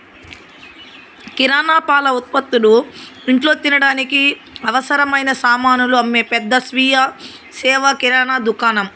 కిరణా, పాల ఉత్పతులు, ఇంట్లో తినడానికి అవసరమైన సామానులు అమ్మే పెద్ద స్వీయ సేవ కిరణా దుకాణం